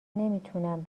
نمیتونم